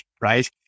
right